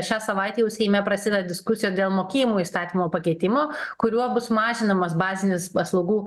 šią savaitę jau seime prasideda diskusija dėl mokėjimų įstatymo pakeitimo kuriuo bus mažinamas bazinis paslaugų